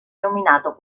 nominato